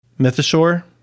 Mythosaur